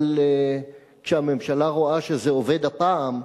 אבל כשהממשלה רואה שזה עובד הפעם,